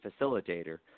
facilitator